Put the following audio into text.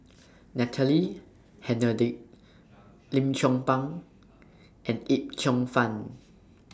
Natalie Hennedige Lim Chong Pang and Yip Cheong Fun